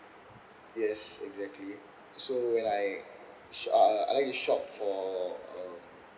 yes exactly so when I sh~ uh I'd like shop for err